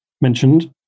mentioned